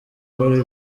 buri